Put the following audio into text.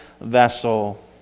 vessel